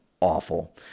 awful